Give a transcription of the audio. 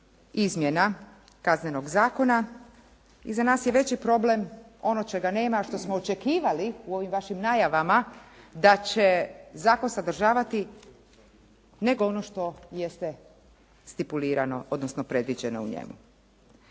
izmjena Kaznenog zakona i za nas je veći problem ono čega nema, a što smo očekivali u ovim vašim najavama da će zakon sadržavati nego ono što jeste stipulirano, odnosno predviđeno u njemu.